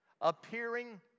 appearing